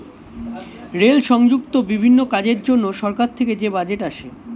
rail সংযুক্ত বিভিন্ন কাজের জন্য সরকার থেকে যে বাজেট আসে